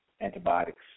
antibiotics